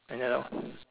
and then how